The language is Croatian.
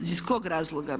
Iz kog razloga?